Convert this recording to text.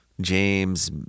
James